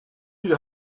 you